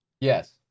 Yes